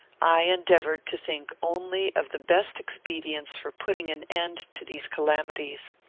i endeavoured to think only of the best expedients for putting an end to these calamities.